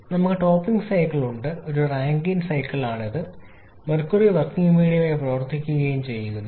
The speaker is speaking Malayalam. നമുക്ക് ടോപ്പിംഗ് സൈക്കിൾ ഉണ്ട് ഒരു റാങ്കൈൻ റാങ്കൈൻ സൈക്കിളാണ് മെർക്കുറി വർക്കിംഗ് മീഡിയമായി പ്രവർത്തിക്കുകയും ചെയ്യുക